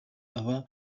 aba